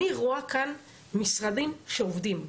אני רואה כאן משרדים שעובדים,